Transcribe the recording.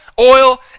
oil